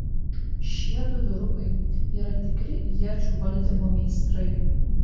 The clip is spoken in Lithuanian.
šiedu vyrukai yra tikri iečių valdymo meistrai